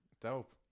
Dope